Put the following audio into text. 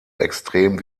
extrem